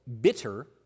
bitter